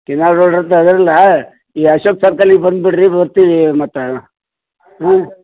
Kinnal road ಹತ್ತಿರ ಅದೀರಲ್ಲ ಈ ಅಶೋಕ್ ಸರ್ಕಲಿಗೆ ಬಂದುಬಿಡ್ರಿ ಬರ್ತೀವಿ ಮತ್ತು ಹಾಂ